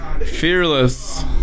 Fearless